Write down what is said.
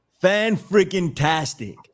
Fan-freaking-tastic